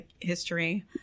history